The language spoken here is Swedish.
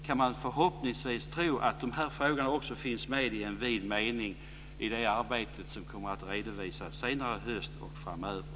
Kan man förhoppningsvis tro att de här frågorna också finns med i vid mening i det arbete som kommer att redovisas senare i höst och framöver?